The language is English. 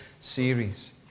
series